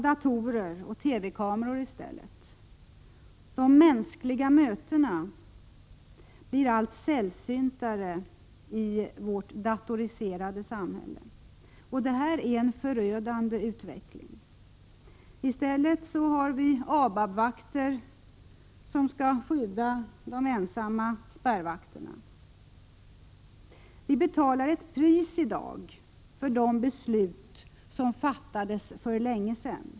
De mänskliga mötena blir allt sällsyntare i vårt datoriserade samhälle. Vi övervakas av datorer och TV-kameror. I stället ser vi ABAB-vakter och ibland poliser som patrullerar. Det här är en förödande utveckling. Vi betalar i dag ett pris för de beslut som fattades för länge sedan.